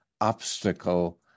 obstacle